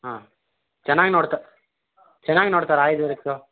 ಹಾಂ ಚೆನ್ನಾಗಿ ನೋಡ್ತಾ ಚೆನ್ನಾಗಿ ನೋಡ್ತಾರಾ ಆಯುರ್ವೇದಿಕ್ಕು